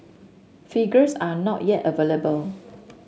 figures are not yet available